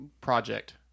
project